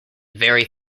very